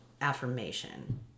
affirmation